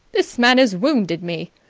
this man has wounded me!